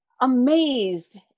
amazed